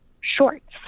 Shorts